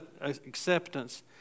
acceptance